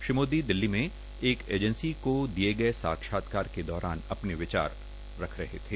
श्री मोदी दिल्ली में एक एजेंसी को दिये साक्षात्कार के दौरान अपने विचार व्यक्त कर रहे थे